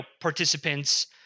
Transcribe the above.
participants